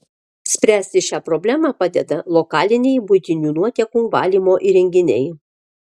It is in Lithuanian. spręsti šią problemą padeda lokaliniai buitinių nuotekų valymo įrenginiai